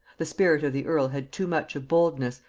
the spirit of the earl had too much of boldness,